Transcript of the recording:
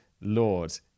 lord